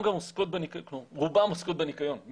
רובן עוסקות בניקיון.